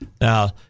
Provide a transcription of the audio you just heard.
Now